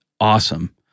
awesome